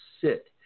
sit